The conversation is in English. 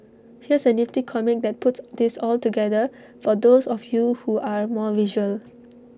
here's A nifty comic that puts this all together for those of you who are more visual